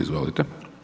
Izvolite.